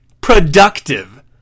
productive